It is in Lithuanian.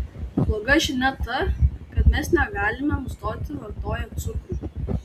bloga žinia ta kad mes negalime nustoti vartoję cukrų